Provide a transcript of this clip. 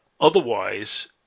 Otherwise